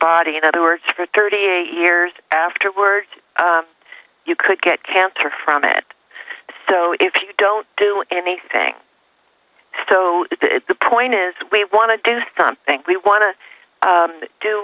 body in other words for thirty eight years afterward you could get cancer from it so if you don't do anything so the point is we want to do something we want to